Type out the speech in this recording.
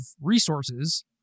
resources